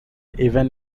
even